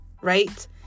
right